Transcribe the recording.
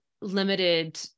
limited